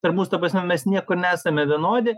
tarp mūsų ta prasme mes niekur nesame vienodi